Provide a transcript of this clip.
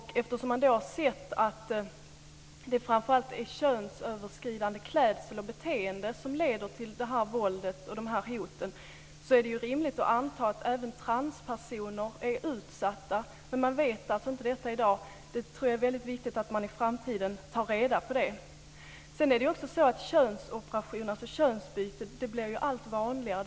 Eftersom man har sett att det framför allt är könsöverskridande klädsel och beteende som leder till våldet och hoten, är det rimligt att anta att även transpersoner är utsatta. Men man vet alltså inte detta i dag. Jag tror att det är väldigt viktigt att man i framtiden tar reda på det. Könsoperationer, alltså könsbyte, blir allt vanligare.